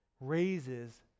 raises